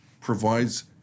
provides